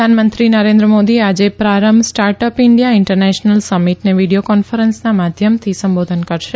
પ્રધાનમંત્રી નરેન્દ્ર મોદી આજે Prarambh startup India international સમીટને વિડીયો કોન્ફરન્સના માધ્યમથી સંબોધન કરશે